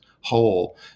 whole